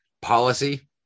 policy